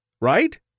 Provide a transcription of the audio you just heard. Right